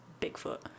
bigfoot